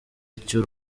icyo